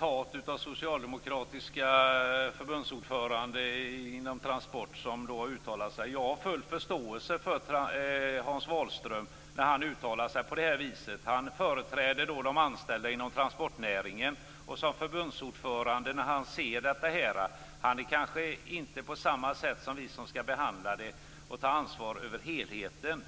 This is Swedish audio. återgivet vad den socialdemokratiske ordföranden inom Transport har uttalat. Jag har full förståelse för Hans Wahlström när han uttalar sig på det här viset. Det är som företrädare för de anställda inom transportnäringen och som förbundsordförande han uttalar sig. Han ser ju hur det är. Det är kanske inte på samma sätt som för oss som skall behandla detta och ta ansvar för helheten.